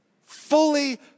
Fully